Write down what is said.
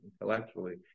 intellectually